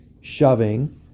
shoving